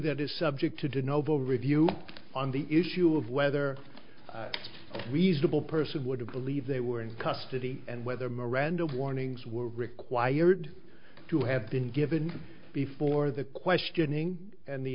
that is subject to do novo review on the issue of whether a reasonable person would believe they were in custody and whether miranda warnings were required to have been given before the questioning and the